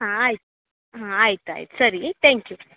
ಹಾಂ ಆಯ್ತು ಹಾಂ ಆಯ್ತು ಆಯ್ತು ಸರಿ ತ್ಯಾಂಕ್ ಯು